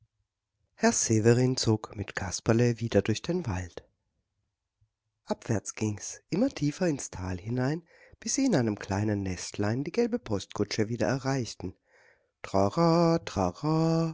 herr severin zog mit kasperle wieder durch den wald abwärts ging's immer tiefer ins tal hinein bis sie in einem kleinen nestlein die gelbe postkutsche wieder erreichten trara trara